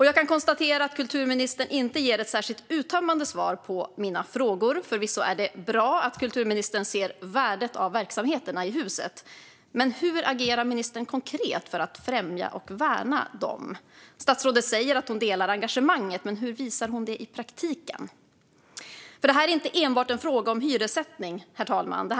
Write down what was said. Jag kan konstatera att kulturministern inte ger ett särskilt uttömmande svar på mina frågor. Förvisso är det bra att kulturministern ser värdet av verksamheterna i huset, men hur agerar ministern konkret för att främja och värna dem? Statsrådet säger att hon delar engagemanget, men hur visar hon det i praktiken? För detta är inte enbart en fråga om hyressättning, herr ålderspresident.